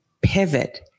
pivot